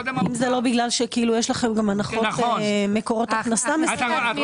גם מקורות הכנסה?